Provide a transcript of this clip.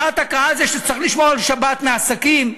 דעת הקהל היא שצריך לשמור על שבת מעסקים,